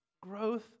growth